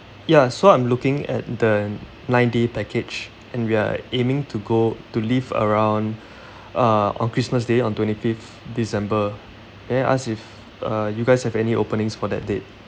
ya so I'm looking at the nine day package and we are aiming to go to leave around uh on christmas day on twenty fifth december may I ask if uh you guys have any openings for that date